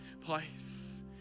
place